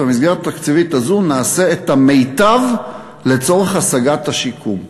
ובמסגרת התקציבית הזאת נעשה את המיטב לצורך השגת השיקום.